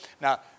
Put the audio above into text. Now